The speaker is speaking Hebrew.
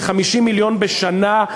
זה 50 מיליון בשנה,